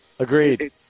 Agreed